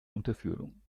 unterführung